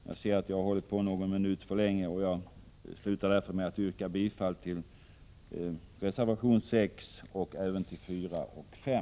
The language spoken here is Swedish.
Jag ser att jag talat någon minut längre än beräknat och slutar därför med att yrka bifall till reservation 6 och även till reservationerna 4 och 5.